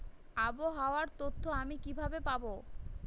আবহাওয়ার তথ্য আমি কিভাবে পাবো?